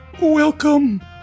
welcome